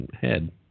head